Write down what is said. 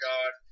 God